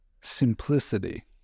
simplicity